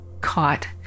caught